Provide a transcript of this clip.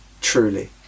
truly